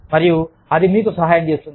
మరియు ఇది మీకు సహాయం చేస్తుంది